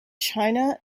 china